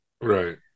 right